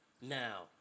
Now